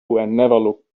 look